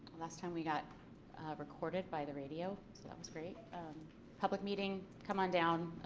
last time we got recorded by the radio was very public meeting. come on down